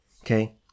okay